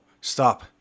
Stop